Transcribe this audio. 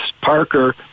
Parker